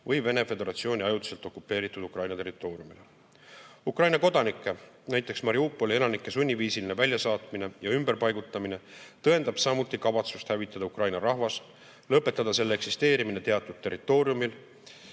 või Vene Föderatsiooni ajutiselt okupeeritud Ukraina territooriumile. Ukraina kodanike, näiteks Mariupoli elanike sunniviisiline väljasaatmine ja ümberpaigutamine tõendab samuti kavatsust hävitada Ukraina rahvas, lõpetada selle eksisteerimine teatud territooriumil.